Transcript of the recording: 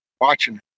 watching